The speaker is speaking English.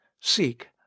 seek